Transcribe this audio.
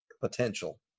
potential